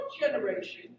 generation